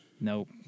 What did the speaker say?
Nope